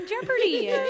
Jeopardy